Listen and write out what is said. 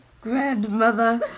Grandmother